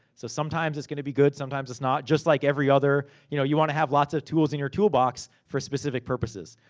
so sometimes it's gonna be good, sometimes it's not. just like every other. you know, you want to have lots of tools in your tool box, for specific purposes.